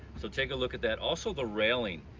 so take a look at that. also the railing,